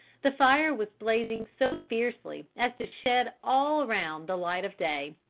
the fire was blazing so fiercely as to shed all around the light of day.